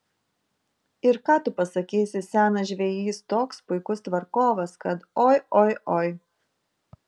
ir ką tu pasakysi senas žvejys toks puikus tvarkovas kad oi oi oi